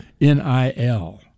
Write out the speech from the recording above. NIL